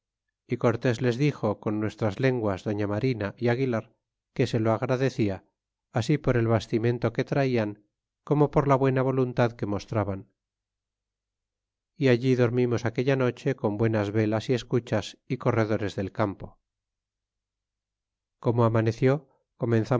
y cortés les dixo con nuestras lenguas doña marina y aguilar que se lo agradecia así por el bastimento que traian como por la buena voluntad que mostraban é allí dormimos aquella noche con buenas velas y escuchas y corredores del campo como amaneció